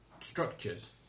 structures